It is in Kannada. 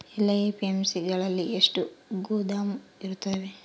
ಎಲ್ಲಾ ಎ.ಪಿ.ಎಮ್.ಸಿ ಗಳಲ್ಲಿ ಎಷ್ಟು ಗೋದಾಮು ಇರುತ್ತವೆ?